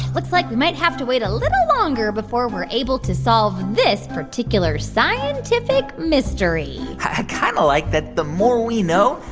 looks like you might have to wait a little longer before we're able to solve this particular scientific mystery i ah kind of like that the more we know,